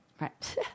Right